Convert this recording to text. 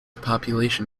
population